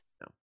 no